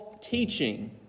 teaching